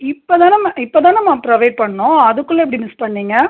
இப்போ தானம்மா இப்போ தானம்மா ப்ரொவைட் பண்ணோம் அதுக்குள்ள எப்படி மிஸ் பண்ணீங்க